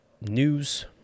news